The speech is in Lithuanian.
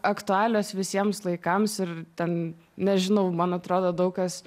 aktualios visiems laikams ir ten nežinau man atrodo daug kas